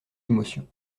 émotion